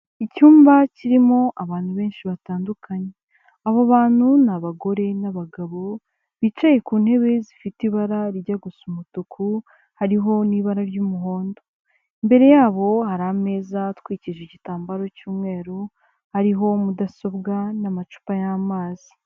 Icyumba kirimo abantu benshi batandukanye, abo bantu ni abagore n'abagabo bicaye ku ntebe zifite ibara rijya gusa umutuku hariho n'ibara ry'umuhondo, imbere yabo hari ameza atwikirije igitambaro cy'umweru ariho mudasobwa n'amacupa y'amazi.